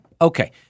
Okay